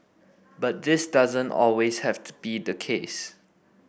but this doesn't always have to be the case